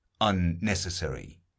unnecessary